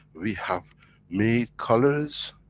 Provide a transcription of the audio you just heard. we have made colors,